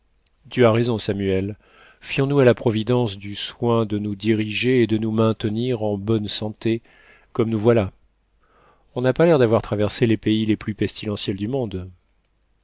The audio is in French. tu as raison samuel fions nous à la providence du soin de nous diriger et de nous maintenir en bonne santé comme nous voilà on n'a pas l'air d'avoir traversé les pays les plus pestilentiels du monde